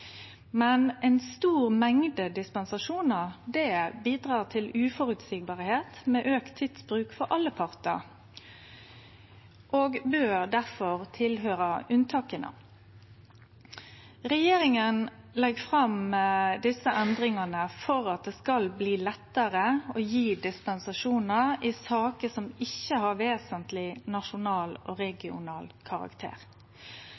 men ei stor mengde dispensasjonar bidrar til uføreseielegheit med auka tidsbruk for alle partar, og bør difor høyre til unntaka. Regjeringa legg fram desse endringane for at det skal bli lettare å gje dispensasjonar i saker som ikkje har vesentleg nasjonal og